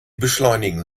beschleunigen